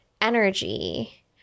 energy